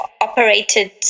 operated